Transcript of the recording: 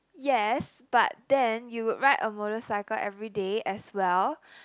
yes but then you would ride a motorcycle everyday as well